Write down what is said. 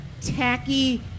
tacky